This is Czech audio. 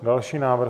Další návrh.